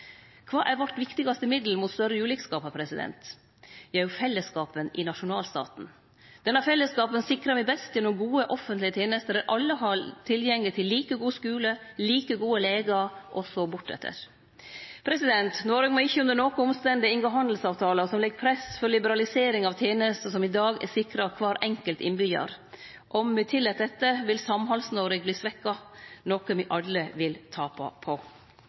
Kva er vårt viktigaste middel mot større ulikskapar? Det er fellesskapen i nasjonalstaten. Denne fellesskapen sikrar me best gjennom gode offentlege tenester der alle har tilgjenge til like god skule, like gode legar, osb. Noreg må ikkje under noko omstende inngå handelsavtalar som legg press på å liberalisere tenester som kvar enkelt innbyggjar er sikra i dag. Om me tillèt dette, vil Samhalds-Noreg verte svekt, noko me alle vil tape på.